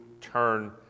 turn